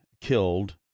killed